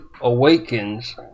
awakens